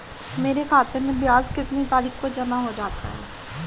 मेरे खाते में ब्याज कितनी तारीख को जमा हो जाता है?